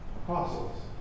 Apostles